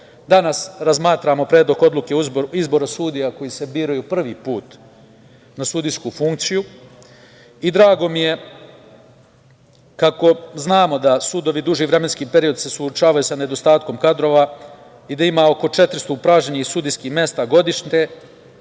razmatramo Predlog odluke o izboru sudija koji se biraju prvi put na sudijsku funkciju i drago mi je kako znamo da sudovi duži vremenski period se suočavaju sa nedostatkom kadrova i da ima oko 400 upražnjenih sudijskih mesta godišnje,